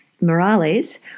Morales